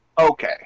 Okay